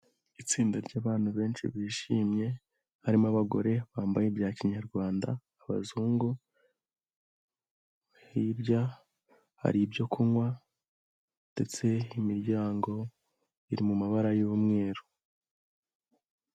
Itsinda ry'abantu benshi bishimye, harimo abagore bambaye bya kinyarwanda abazungu, hirya hari ibyo kunywa, ndetse imiryango, iri mu mabara y'umweru.